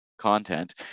content